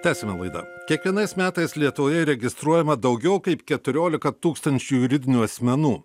tęsiame laidą kiekvienais metais lietuvoje registruojama daugiau kaip keturiolika tūkstančių juridinių asmenų